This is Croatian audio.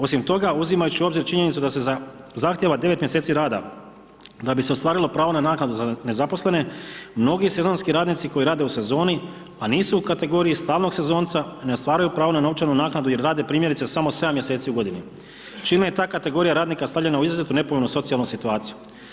Osim toga uzimajući u obzir činjenicu da se zahtjeva 9 mjeseci rada da bi se ostvarilo pravo na naknadu za nezaposlene mnogi sezonski radnici koji rade u sezoni a nisu u kategoriji stalnog sezonca ne ostvaruju pravo na novčanu naknadu jer rade primjerice samo 7 mjeseci u godini čime je ta kategorija radnika stavljena u izuzetno nepovoljnu socijalnu situaciju.